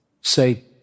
say